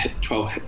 twelve